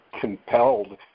compelled